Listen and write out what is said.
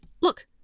look